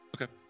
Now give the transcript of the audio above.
Okay